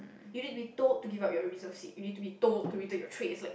you need to be told to give up your reserve seat you need to be told to return your trays is like